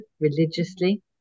religiously